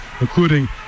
including